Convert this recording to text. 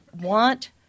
want